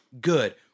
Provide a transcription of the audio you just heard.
Good